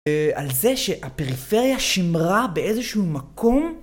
על זה שהפריפריה שימרה באיזשהו מקום